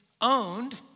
owned